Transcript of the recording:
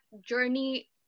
journey